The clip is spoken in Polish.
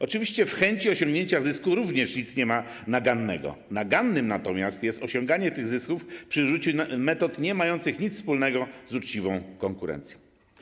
Oczywiście w chęci osiągnięcia zysku również nic nie ma nagannego, natomiast naganne jest osiąganie tych zysków przy użyciu metod niemających nic wspólnego z uczciwą konkurencją.